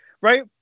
right